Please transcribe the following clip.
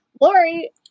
Lori